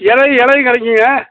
இலையும் இலையும் கிடைக்குங்க